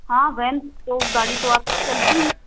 हाँ वैन तो गाड़ी तो आप चलती ही है